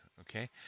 Okay